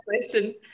question